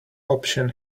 option